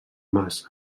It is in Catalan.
mas